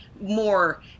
more